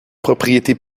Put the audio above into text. propriété